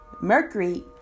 Mercury